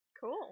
cool